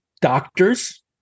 doctors